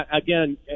Again